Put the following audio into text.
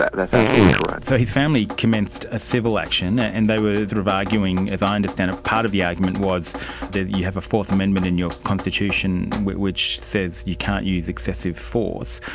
that's absolutely correct. so his family commenced a civil action, and they were sort of arguing, as i understand it, part of the argument was you have a fourth amendment in your constitution which says you can't use excessive force.